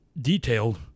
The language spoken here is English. detailed